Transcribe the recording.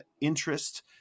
interest